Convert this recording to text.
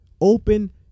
open